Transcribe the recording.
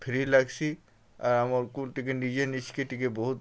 free ଲାଗ୍ସି ଆର୍ ଆମ୍କୁ ଟିକେ ନିଜେ ନିଜ୍କେ ଟିକେ ବହୁତ୍